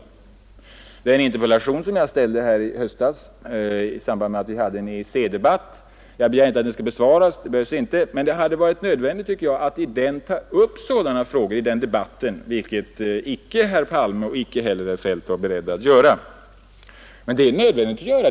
Jag begär inte att den interpellation om näringspolitiska ändringar som jag framställde i höstas i samband med att vi då hade en EEC-debatt skall besvaras men det hade varit nödvändigt att i den debatten ta upp sådana frågor, vilket icke herr Palme och icke heller herr Feldt var beredd att göra. Och det är lika nödvändigt nu.